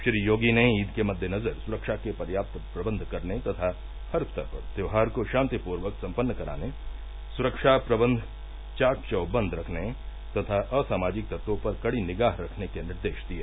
श्री योगी ने ईद के मददेनजर सुरक्षा के पर्याप्त प्रबंध करने तथा हर स्तर पर त्यौहार को शान्ति पूर्वक सम्पन्न कराने सुरक्षा प्रबंध चाक चौबंद रखने तथा असामाजिक तत्वों पर कड़ी निगाह रखने के निर्देश दिये